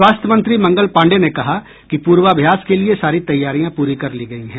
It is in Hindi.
स्वास्थ्य मंत्री मंगल पांडेय ने कहा कि पूर्वाभ्यास के लिए सारी तैयारियां पूरी कर ली गयी हैं